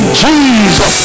jesus